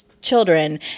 children